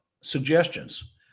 suggestions